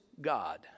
God